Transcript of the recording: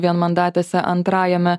vienmandatėse antrajame